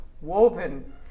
woven